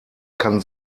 kann